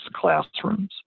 classrooms